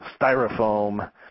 styrofoam